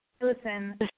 listen